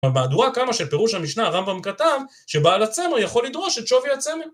במהדורה קמא של פירוש המשנה הרמב״ם כתב, שבעל הצמר יכול לדרוש את שווי הצמר?